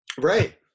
Right